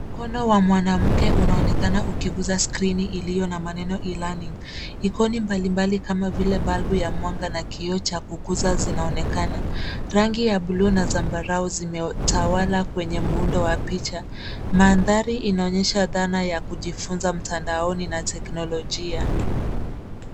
Mkono wa mwanamke unaonekana ukiguza skrini iliyo na maneno E-learning . Ikoni mbalimbali kama vile balbu ya mwanga na kioo cha kukuza zinaonekana. Rangi ya buluu na zambarau zimetawala kwenye muundo wa picha. Mandhari inaonyesha dhana ya kujifunza mtandaoni na teknolojia.